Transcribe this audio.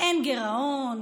אין גירעון,